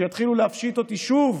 כשיתחילו להפשיט אותי שוב